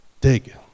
Dig